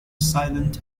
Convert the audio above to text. silent